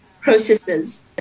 processes